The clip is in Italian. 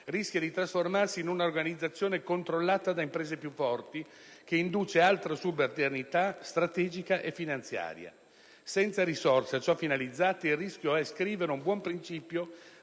rischia di trasformarsi in una organizzazione controllata da imprese più forti che induce altra subalternità strategica e finanziaria. Senza risorse a ciò finalizzate il rischio è che si scriva un buon principio